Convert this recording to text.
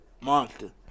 monster